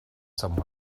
some